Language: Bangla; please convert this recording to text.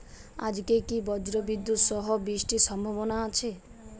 আজকে কি ব্রর্জবিদুৎ সহ বৃষ্টির সম্ভাবনা আছে?